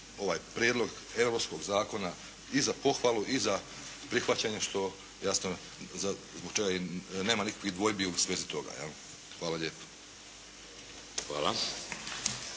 ovaj prijedlog europskog zakona i za pohvalu i za prihvaćanje što jasno zbog čega neman ikakvih dvojbi u svezi toga jel'. Hvala